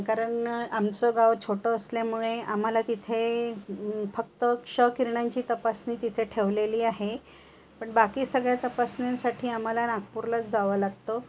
कारण आमचं गाव छोटं असल्यामुळे आम्हाला तिथे फक्त क्षकिरणांची तपासणी तिथे ठेवलेली आहे पण बाकी सगळ्या तपासणींसाठी आम्हाला नागपूरलाच जावं लागतं